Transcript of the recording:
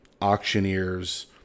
auctioneers